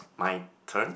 my turn